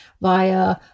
via